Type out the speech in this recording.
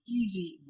easy